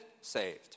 saved